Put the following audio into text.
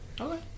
Okay